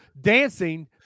dancing